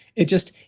it just,